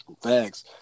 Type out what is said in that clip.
Thanks